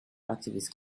activists